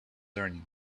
learning